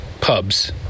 pubs